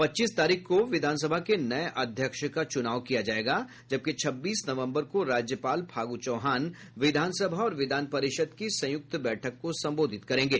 पच्चीस तारीख को विधानसभा के नये अध्यक्ष का चूनाव किया जायेगा जबकि छब्बीस नवंबर को राज्यपाल फागू चौहान विधानसभा और विधान परिषद की संयुक्त बैठक को संबोधित करेंगे